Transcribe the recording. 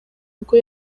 ubwo